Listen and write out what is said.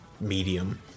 medium